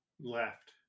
left